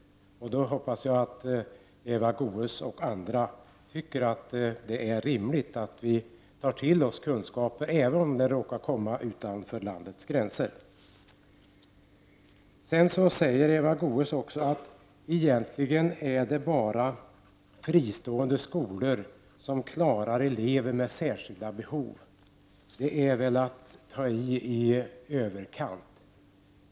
Jag hoppas att Eva Goés och andra tycker att det är rimligt att vi tar till oss kunskapen, även om den råkar komma från en plats utanför landets gränser. Sedan säger Eva Goés att det egentligen bara är fristående skolor som klarar elever med särskilda behov. Det är väl att ta till i överkant.